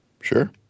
Sure